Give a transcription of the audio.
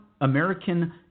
American